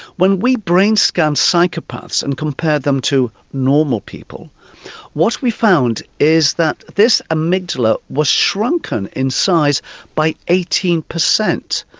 when we brain-scanned psychopaths and compared them to normal people what we found is that this amygdala was shrunken in size by eighteen percent.